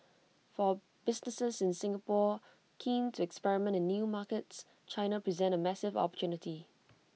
for businesses in Singapore keen to experiment in new markets China presents A massive opportunity